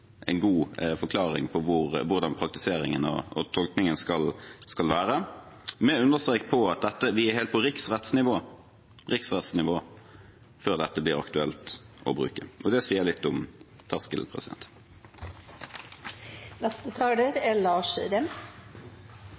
en god forklaring på hvordan praktiseringen og tolkningen skal være, ved å understreke at vi er helt på riksrettsnivå før dette blir aktuelt å bruke. Det sier litt om terskelen.